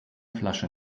flasche